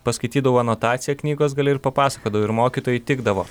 paskaitydavau anotaciją knygos gale ir papasakodavau ir mokytojai tikdavo